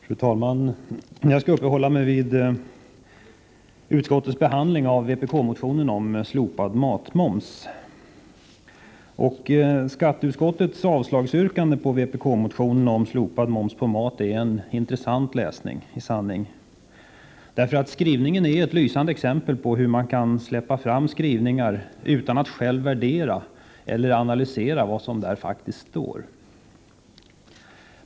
Fru talman! Jag skall uppehålla mig vid utskottsbehandlingen av vpkmotionen om slopad matmoms. Skatteutskottets yrkande om avslag på vpk-motionen är i sanning en intressant läsning. Skrivningen ger lysande exempel på hur man kan släppa fram skrivningar utan att själv värdera och analysera vad som där faktiskt står.